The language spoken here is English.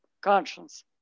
conscience